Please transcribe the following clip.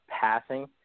passing